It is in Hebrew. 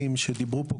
להגדרה של מה הם גבולות